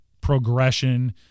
progression